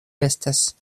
estas